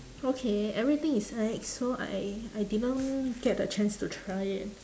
okay everything is ex so I I didn't get the chance to try it